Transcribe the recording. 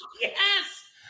Yes